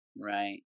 Right